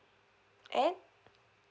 at